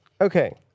Okay